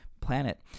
planet